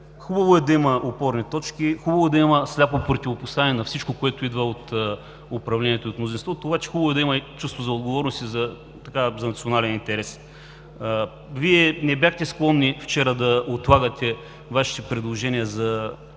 хубаво да има опорни точки, хубаво е да има сляпо противопоставяне на всичко, което идва от управлението и от мнозинството, обаче е хубаво да има и чувство за отговорност и за национален интерес. Вие не бяхте склонни вчера да отлагате Вашите предложения за